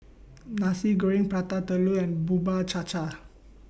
Nasi Goreng Prata Telur and Bubur Cha Cha